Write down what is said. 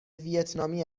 ویتنامی